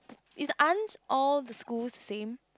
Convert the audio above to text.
is aren't all the school same